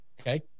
Okay